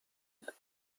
نداری